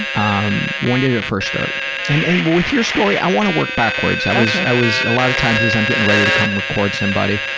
um when did it first start? and and but with your story, i wanna work backwards. i was i was a lot of times as i'm getting ready to record somebody,